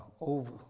over